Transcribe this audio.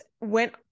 went